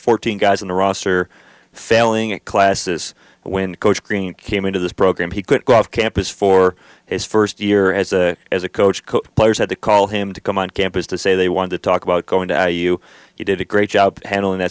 fourteen guys on the roster failing it classes when coach green came into this program he could go off campus for his first year as a as a coach coach players had to call him to come on campus to say they want to talk about going to you you did a great job handling that